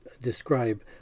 describe